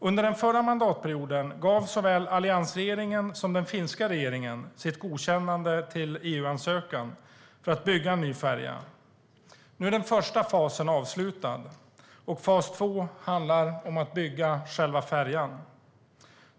Under den förra mandatperioden gav såväl alliansregeringen som den finska regeringen sina godkännanden till EU-ansökan för att bygga en ny färja. Nu är den första fasen avslutad, och fas två handlar om att bygga själva färjan.